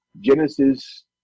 Genesis